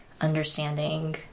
understanding